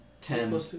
Ten